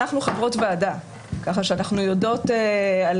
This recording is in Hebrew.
אנחנו חברות ועדה כך שאנחנו יודעות על